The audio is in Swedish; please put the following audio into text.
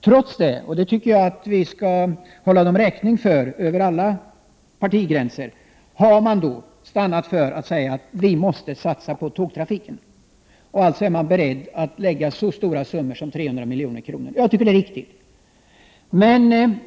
Trots detta — vilket vi över alla partigränser skall hålla dessa kommuner och landsting räkning för — har man stannat vid att satsa på tågtrafiken. Alltså är man beredd att lägga ut så stora summor som 300 milj.kr. Det är riktigt, anser jag.